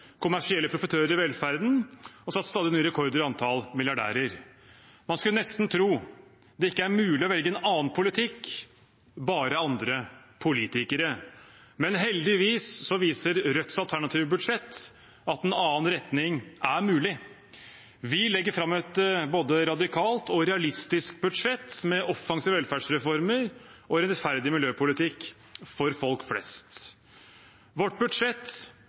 kommersielle profitører i velferden og satt stadig nye rekorder i antallet milliardærer. Man skulle nesten tro det ikke var mulig å velge en annen politikk, bare andre politikere. Men heldigvis viser Rødts alternative budsjett at en annen retning er mulig. Vi legger fram et både radikalt og realistisk budsjett med offensive velferdsreformer og rettferdig miljøpolitikk for folk flest. Vårt budsjett